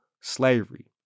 slavery